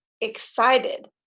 excited